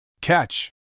Catch